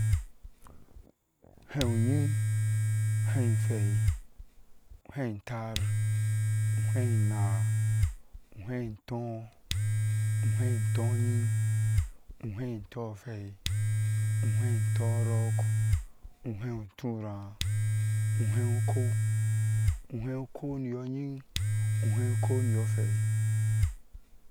Uhɛɛ-nyiŋ, uhɛɛhwɛi, uhɛɛi taar uhɛɛ-naa uhɛɛ-tɔɔ, uhɛɛtɔɔnying uhɛɛ-tɔɔhwɛi, uhɛɛ-tɔɔrɔk uhɛɛ-turok uhɛɛ-ukou, uhɛɛ ukou-niyo- nyin uhɛɛ ukou-niyohwei.